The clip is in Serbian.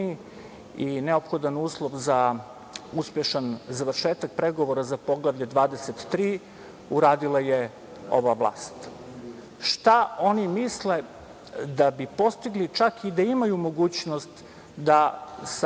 i neophodan uslov za uspešan završetak pregovora za Poglavlje 23, uradila je ova vlast. Šta oni misle da bi postigli čak i da imaju mogućnost da sa